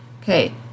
Okay